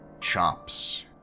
Chops